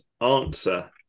answer